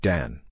Dan